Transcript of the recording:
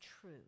true